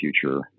future